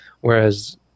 Whereas